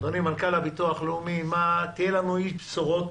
אדוני, מנכ"ל הביטוח הלאומי, תהיה לנו איש בשורות